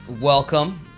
welcome